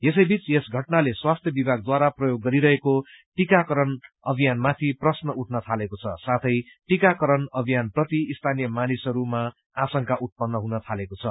यसैबीच यस घटनाले स्वास्थ्य विभागद्वारा प्रयोग गरिरहेको टीकाकरण अभियानमाथि प्रश्न उठन थालेको छ साथै टीकाकरण अभियानप्रति स्थानीय मानिसहरूमा आशंका उत्पन्न हुन थालेको छ